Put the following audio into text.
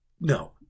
No